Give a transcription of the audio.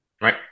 right